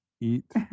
Eat